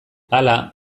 hala